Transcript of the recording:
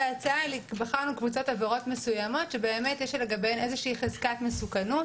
ובחרנו קבוצת עבירות מסוימות שיש לגביהן חזקת מסוכנות